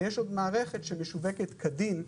ויש עוד מערכת שמשווקת כדין,